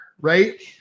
right